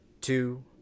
two